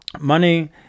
money